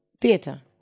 theater